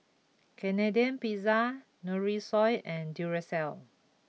Canadian Pizza Nutrisoy and Duracell